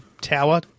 Tower